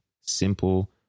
simple